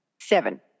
Seven